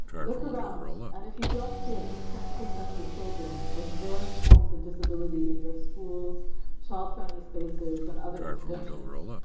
look around and if you don't see at least ten percent of children, with varying forms of disability in your schools child-friendly spaces and other interventions,